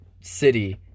city